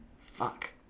Fuck